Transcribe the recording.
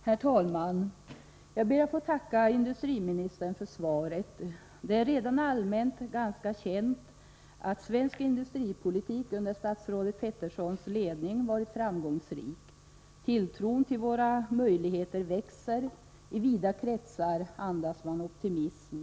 Herr talman! Jag ber att få tacka industriministern för svaret. Det är redan ganska allmänt känt att svensk industripolitik under statsrådet Petersons ledning varit framgångsrik. Tilltron till våra möjligheter växer. I vida kretsar andas man optimism.